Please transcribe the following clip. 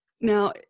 Now